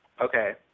Okay